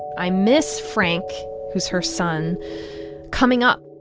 i miss frank who's her son coming up.